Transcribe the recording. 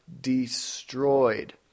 destroyed